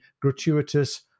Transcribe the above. gratuitous